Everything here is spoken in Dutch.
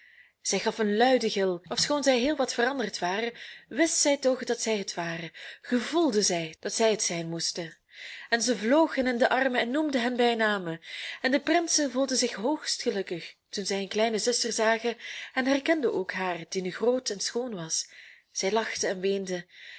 zij gaf een luiden gil ofschoon zij heel wat veranderd waren wist zij toch dat zij het waren gevoelde zij dat zij het zijn moesten en zij vloog hun in de armen en noemde hen bij name en de prinsen voelden zich hoogst gelukkig toen zij hun kleine zuster zagen en herkenden ook haar die nu groot en schoon was zij lachten